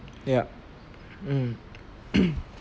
yup um